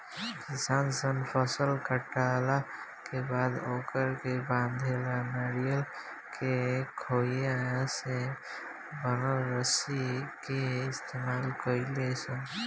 किसान सन फसल काटला के बाद ओकरा के बांधे ला नरियर के खोइया से बनल रसरी के इस्तमाल करेले सन